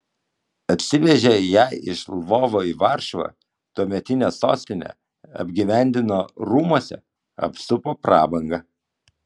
atsivežė ją iš lvovo į varšuvą tuometinę sostinę apgyvendino rūmuose apsupo prabanga